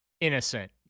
innocent